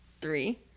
Three